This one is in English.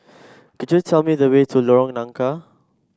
could you tell me the way to Lorong Nangka